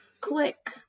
Click